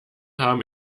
haben